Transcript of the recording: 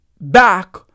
back